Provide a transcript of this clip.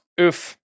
Oof